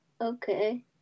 Okay